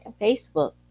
Facebook